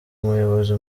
umuyobozi